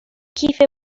کیف